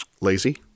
lazy